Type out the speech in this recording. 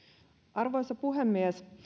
arvoisa puhemies